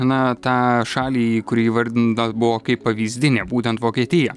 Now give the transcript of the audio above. na tą šalį kuri įvardinta buvo kaip pavyzdinė būtent vokietija